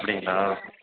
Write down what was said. அப்படிங்களா